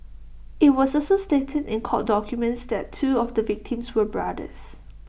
IT was also stated in court documents that two of the victims were brothers